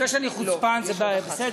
זה שאני חוצפן זה בסדר,